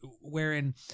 wherein